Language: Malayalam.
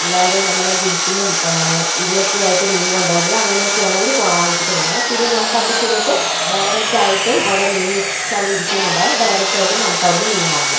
അല്ലാതെ നമ്മളെ ഗുഡ്സിലും ഇതിലൊക്കെയായിട്ട് മീൻ കൊണ്ടുപോവുന്നത് അങ്ങനെയൊക്കെയാണ് അവർ വാങ്ങിച്ചിട്ട് പോകുന്നത് പിന്നെ നമുക്ക് അവിടെ ചെന്നിട്ട് ഡയറക്ടായിട്ടും അവിടെ മീൻ വച്ചവിടെ ഇരിക്കുന്നുണ്ടാവും ഡയറക്ടായിട്ടും നമുക്കവിടെനിന്ന് മീൻ വാങ്ങാം